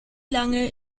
lange